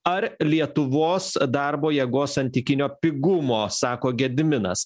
ar lietuvos darbo jėgos santykinio pigumo sako gediminas